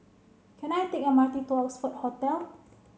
can I take M R T to Oxford Hotel